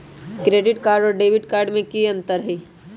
Credit card और debit card में की अंतर हई?